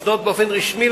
פנייה באופן רשמי,